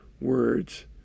words